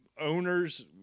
owners –